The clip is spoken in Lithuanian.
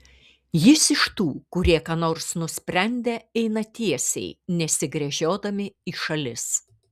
jis iš tų kurie ką nors nusprendę eina tiesiai nesigręžiodami į šalis